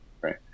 right